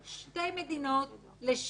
שתי מדינות לשני עמים.